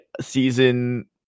season